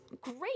great